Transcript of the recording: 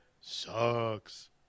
sucks